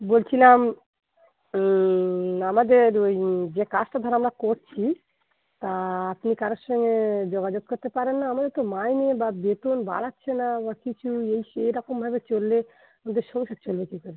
বলছিলাম আমাদের ওই যে কাজটা ধরো আমরা করছি তো কারুর তো যোগাযোগ করতে পারেন না অনেকদিন তো মাইনে বা বেতন বাড়াচ্ছে না বা কিছুই এই সে এরকমভাবে চললে আমাদের সংসার চলবে কী করে